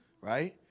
Right